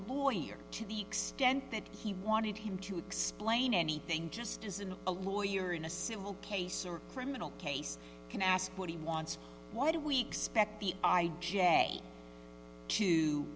lawyer to the extent that he wanted him to explain anything just as in a lawyer in a civil case or criminal case can ask what he wants why do we expect the i j to